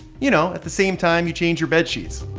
you know at the same time you change your bedsheets.